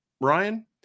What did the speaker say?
Ryan